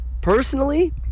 Personally